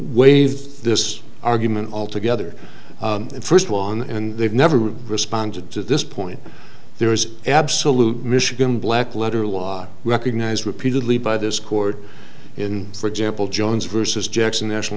waive this argument altogether in first one and they've never responded to this point there is absolutely michigan black letter law recognized repeatedly by this court in for example jones versus jackson national